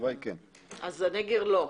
אז הנגר לא,